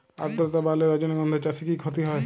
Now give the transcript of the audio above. আদ্রর্তা বাড়লে রজনীগন্ধা চাষে কি ক্ষতি হয়?